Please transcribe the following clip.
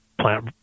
plant